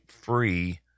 free